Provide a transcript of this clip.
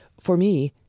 for me,